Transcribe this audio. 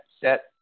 set